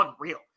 unreal